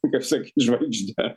kaip sakyt žvaigžde